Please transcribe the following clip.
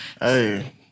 Hey